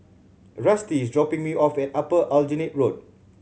Rusty is dropping me off at Upper Aljunied Road